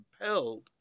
compelled